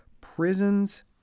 prisons